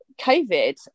COVID